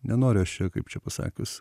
nenoriu aš čia kaip čia pasakius